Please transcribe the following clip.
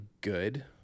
good